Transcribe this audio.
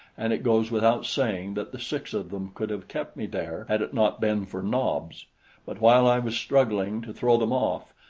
and it goes without saying that the six of them could have kept me there had it not been for nobs but while i was struggling to throw them off,